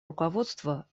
руководства